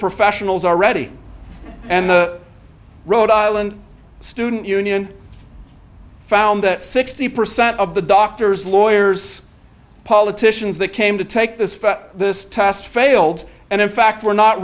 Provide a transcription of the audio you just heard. professionals are ready and the rhode island student union found that sixty percent of the doctors lawyers politicians that came to take this for this test failed and in fact were not